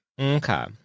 Okay